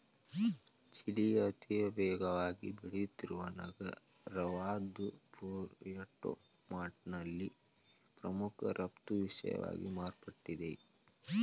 ಚಿಲಿಯ ಅತಿವೇಗವಾಗಿ ಬೆಳೆಯುತ್ತಿರುವ ನಗರವಾದಪುಯೆರ್ಟೊ ಮಾಂಟ್ನಲ್ಲಿ ಪ್ರಮುಖ ರಫ್ತು ವಿಷಯವಾಗಿ ಮಾರ್ಪಟ್ಟಿದೆ